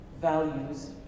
values